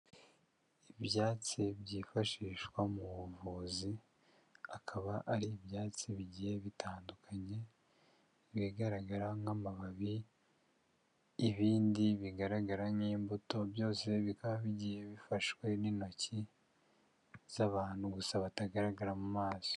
Ibyatsi byifashishwa mu buvuzi, akaba ari ibyatsi bigiye bitandukanye, bigaragara nk'amababi ibindi bigaragara nk'imbuto byose bikaba bigiye bifashwe n'intoki z'abantu gusa batagaragara mu maso.